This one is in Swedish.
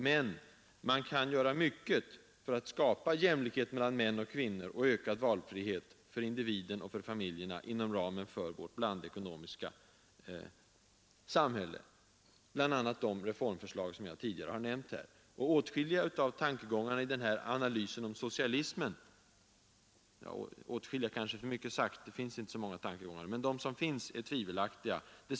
Men man kan göra mycket för att skapa jämlikhet mellan män och kvinnor och ökad valfrihet för individen och för familjerna inom ramen för vårt blandeko nomiska samhälle, bl.a. genom de reformer som jag tidigare har nämnt. Åtskilliga av tankegångarna i analysen om socialismen — åtskilliga kanske är för mycket sagt, för det finns inte så många tankegångar — är tvivelaktiga.